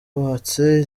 bubatse